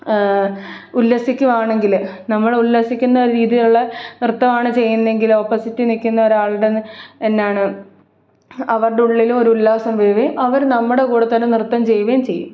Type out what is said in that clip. ഉല്ലസ്സിക്കുകയാണെങ്കിൽ നമ്മൾ ഉല്ലസിക്കുന്ന രീതിയിലുള്ള നൃത്തമാണ് ചെയ്യുന്നതെങ്കിലോ ഓപ്പോസിറ്റ് നിൽക്കുന്ന ഒരാളുടെ എന്ന് എന്നാണ് അവരുടെ ഉള്ളിലും ഒരു ഉല്ലാസം അവർ നമ്മുടെ കൂടെ തന്നെ നൃത്തം ചെയ്യുകയും ചെയ്യും